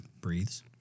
Breathes